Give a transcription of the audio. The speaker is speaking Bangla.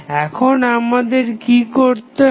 এখন আমাদের কি করতে হবে